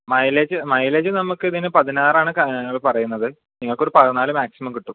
mileage mileage നമുക്ക് ഇതിന് പതിനാറ് ആണ് ആ പറയുന്നത് നിങ്ങൾക്കൊരു പതിന്നാല് മാക്സിമം കിട്ടും